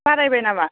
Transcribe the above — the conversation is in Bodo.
बारायबाय नामा